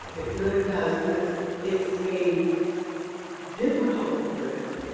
it really does. because it's a difficult burden.